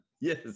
Yes